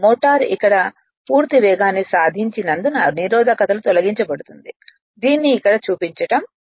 motor ఇక్కడ పూర్తి వేగాన్ని సాధించినందున నిరోధకతలు తొలగించబడుతుంది దీనిని ఇక్కడ చూపించడం లేదు